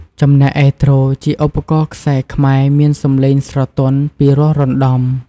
ចំណែកឯ ទ្រ ជា ឧបករណ៍ខ្សែខ្មែរមានសំឡេងស្រទន់ ពីរោះរណ្តំ។